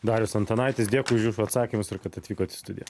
darius antanaitis dėkui už jūsų atsakymus ir kad atvykot į studiją